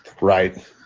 Right